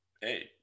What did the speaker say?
Hey